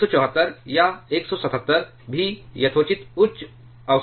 174 या 177 भी यथोचित उच्च अवशोषण क्रॉस सेक्शन है